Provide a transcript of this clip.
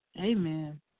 Amen